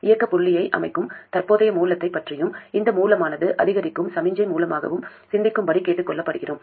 இயக்கப் புள்ளியை அமைக்கும் தற்போதைய மூலத்தைப் பற்றியும் இந்த மூலமானது அதிகரிக்கும் சமிக்ஞை மூலமாகவும் சிந்திக்கும்படி கேட்கப்படுகிறோம்